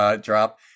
drop